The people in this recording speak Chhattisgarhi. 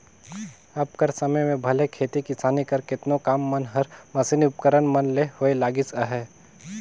अब कर समे में भले खेती किसानी कर केतनो काम मन हर मसीनी उपकरन मन ले होए लगिस अहे